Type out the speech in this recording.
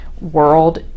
world